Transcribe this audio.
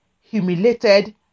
humiliated